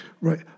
right